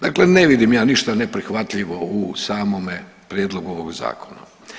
Dakle, ne vidim ja ništa neprihvatljivo u samome prijedlogu ovog zakona.